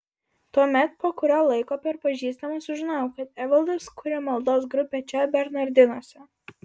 tuomet po kurio laiko per pažįstamą sužinojau kad evaldas kuria maldos grupę čia bernardinuose